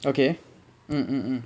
okay mmhmm mmhmm mmhmm